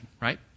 right